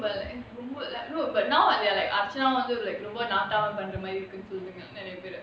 but like ரொம்ப:romba no but now they are like archana வும் வந்து:vum vanthu like ரொம்ப:romba